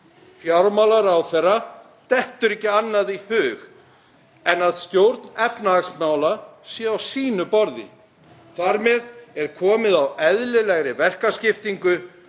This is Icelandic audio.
Fjármálaráðherra dettur ekki annað í hug en að stjórn efnahagsmála sé á sínu borði. Þar með er komið á eðlilegri verkaskiptingu